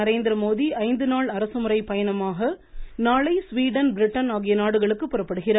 நரேந்திரமோடி ஐந்து நாள் அரசு முறை பயணமாக நாளை ஸ்வீடன் பிரிட்டன் ஆகிய நாடுகளுக்கு புறப்படுகிறார்